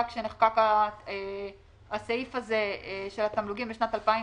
כאשר נחקק סעיף התמלוגים בשנת 2019,